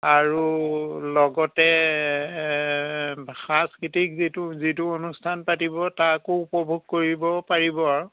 আৰু লগতে সাংস্কৃতিক যিটো যিটো অনুষ্ঠান পাতিব তাকো উপভোগ কৰিব পাৰিব